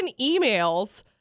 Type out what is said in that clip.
emails